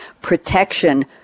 protection